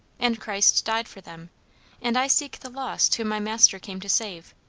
and christ died for them and i seek the lost whom my master came to save.